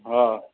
हा